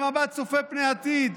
במבט צופה פני עתיד,